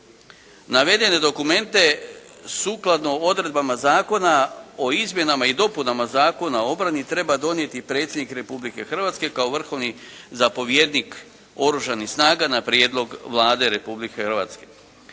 Navedene dokumente sukladno odredbama Zakona o izmjenama i dopunama Zakona o obrani treba donijeti predsjednik Republike Hrvatske kao vrhovni zapovjednik oružanih snaga na prijedlog Vlade Republike Hrvatske.